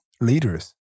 leaders